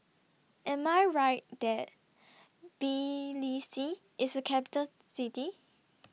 Am I Right that Tbilisi IS A Capital City